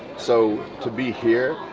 so to be here,